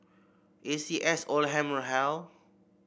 A C S Oldham Hall